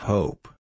Hope